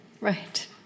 Right